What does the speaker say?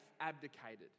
abdicated